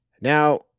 Now